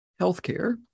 healthcare